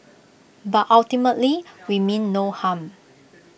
but ultimately we mean no harm